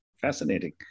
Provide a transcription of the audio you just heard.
Fascinating